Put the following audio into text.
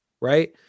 right